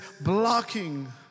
blocking